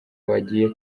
wagiye